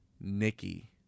Nikki